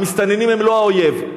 המסתננים הם לא האויב.